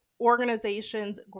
organizations